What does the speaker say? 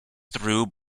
through